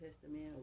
Testament